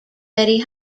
betty